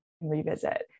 revisit